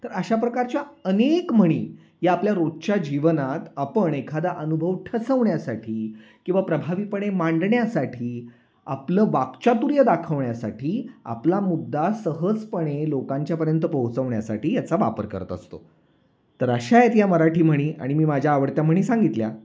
तर अशा प्रकारच्या अनेक म्हणी या आपल्या रोजच्या जीवनात आपण एखादा अनुभव ठसवण्यासाठी किंवा प्रभावीपणे मांडण्यासाठी आपलं वाकचातुर्य दाखवण्यासाठी आपला मुद्दा सहजपणे लोकांच्या पर्यंत पोहोचवण्यासाठी याचा वापर करत असतो तर अशा आहेत या मराठी म्हणी आणि मी माझ्या आवडत्या म्हणी सांगितल्या